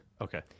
Okay